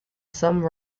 some